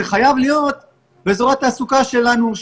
זה חייב להיות באזורי תעסוקה שלנו,